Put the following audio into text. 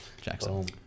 Jackson